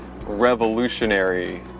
revolutionary